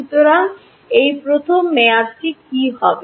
সুতরাং এই প্রথম মেয়াদটি কী হবে